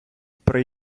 при